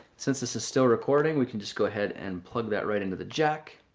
since this is still recording, we can just go ahead and plug that right into the jack.